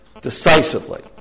decisively